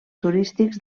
turístics